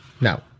Now